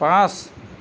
পাঁচ